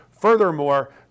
Furthermore